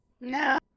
No